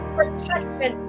protection